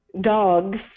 dogs